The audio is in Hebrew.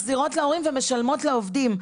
מחזירות להורים ומשלמות לעובדים.